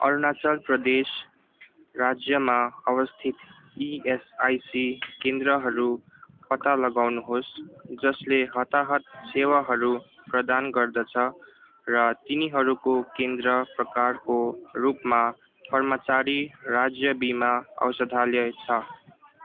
अरुणाचल प्रदेश राज्यमा अवस्थित इएसआइसी केन्द्रहरू पत्ता लगाउनुहोस् जसले हताहत सेवाहरू प्रदानगर्दछ र तिनीहरूको केन्द्र प्रकारको रूपमा कर्मचारी राज्य बिमा औषधालय छ